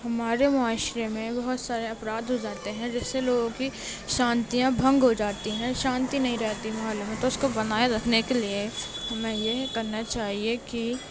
ہمارے معاشرے میں بہت سارے اپرادھ ہو جاتے ہیں جیسے لوگوں کی شانتیاں بھنگ ہو جاتی ہیں شانتی نہیں رہتی محلے میں تو اس کے بنائے رکھنے کے لیے ہمیں یہ کرنا چاہیے کہ